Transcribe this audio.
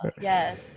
yes